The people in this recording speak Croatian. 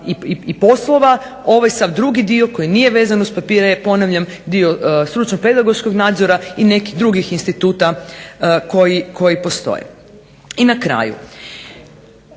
I na kraju